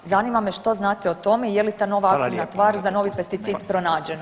Zanima me što znate o tome i je li ta nova aktivna tvar za novi pesticid pronađena?